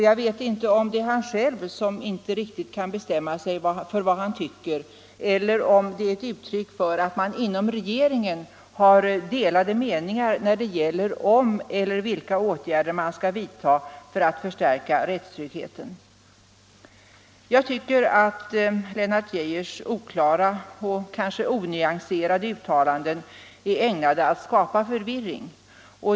Jag vet inte om det är han själv som inte riktigt kan bestämma sig för vad han tycker, eller om det är ett uttryck för att man inom regeringen har delade meningar om vilka åtgärder man eventuellt skall vidta för att förstärka rättstryggheten. Jag tycker att Lennart Geijers oklara och onyanserade uttalanden är ägnade att skapa förvirring.